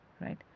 right